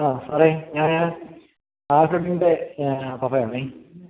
ആ സാറേ ഞാൻ ആദിക്കിൻ്റെ പപ്പയാണ്